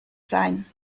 sein